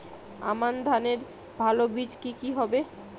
আমান ধানের ভালো বীজ কি কি হবে?